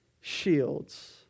shields